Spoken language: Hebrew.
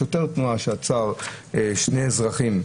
שוטר תנועה עצר שני אזרחים,